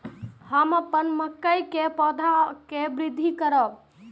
हम अपन मकई के पौधा के वृद्धि करब?